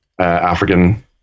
African